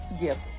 gift